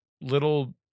little